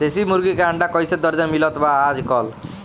देशी मुर्गी के अंडा कइसे दर्जन मिलत बा आज कल?